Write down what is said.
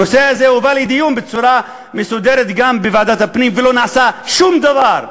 הנושא הזה הובא לדיון בצורה מסודרת גם בוועדת הפנים ולא נעשה שום דבר.